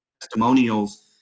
testimonials